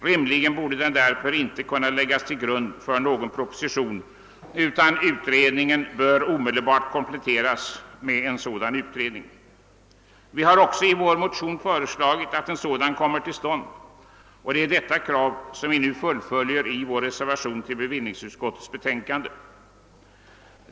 Rimligen borde den därför inte kunna läggas till grund för någon proposition, utan utredningen bör omedelbart kompletteras med en sådan undersökning. Vi har också i vår motion föreslagit att en sådan skall komma till stånd, och det är detta krav som vi nu fullföljer i vår reservation till bevillningsutskottets betänkande.